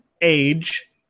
age